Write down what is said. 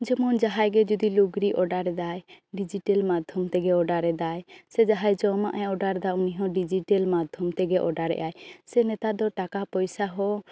ᱡᱮᱢᱚᱱ ᱡᱟᱦᱟᱸᱭ ᱜᱮ ᱡᱩᱫᱤ ᱞᱩᱜᱽᱲᱤ ᱳᱰᱟᱨ ᱮᱫᱟᱭ ᱰᱤᱡᱤᱴᱮᱞ ᱢᱟᱫᱷᱚᱢ ᱛᱮᱜᱮᱭ ᱳᱰᱟᱨ ᱮᱫᱟᱭ ᱥᱮ ᱡᱟᱦᱟᱸᱭ ᱡᱚᱢᱟᱜ ᱮ ᱳᱰᱟᱨ ᱮᱫᱟ ᱩᱱᱤ ᱦᱚᱸ ᱰᱤᱡᱤᱴᱮᱞ ᱢᱟᱫᱷᱚᱢ ᱛᱮᱜᱮ ᱳᱰᱟᱨ ᱮᱜᱼᱟᱭ ᱥᱮ ᱱᱮᱛᱟᱨ ᱫᱚ ᱴᱟᱠᱟ ᱯᱚᱭᱥᱟ ᱦᱚᱸ